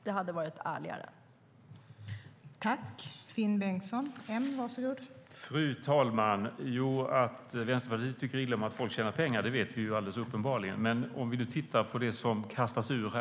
Det hade varit ärligare.